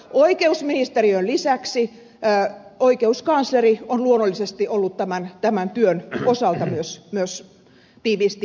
oikeusministeriön lisäksi oikeuskansleri on luonnollisesti ollut tämän työn osalta myös tiiviisti mukana